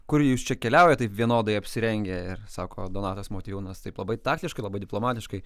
kur jūs čia keliaujat taip vienodai apsirengę ir sako donatas motiejūnas tai labai taktiškai labai diplomatiškai